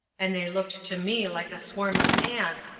and they looked to me like a swarm of ants,